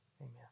Amen